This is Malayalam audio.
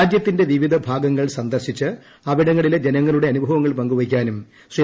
രാജ്യത്തിന്റെ വിവിധ ഭാഗങ്ങൾ സന്ദർശിച്ച് അവിടങ്ങളിലെ ജനങ്ങളുടെ അനുഭവങ്ങൾ പങ്കുവയ്ക്കാനും ശ്രീ